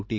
T